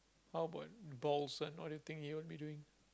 how about balls and what do you think he will be doing